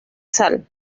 sal